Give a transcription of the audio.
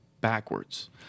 backwards